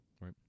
right